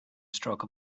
stroke